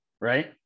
right